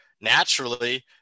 naturally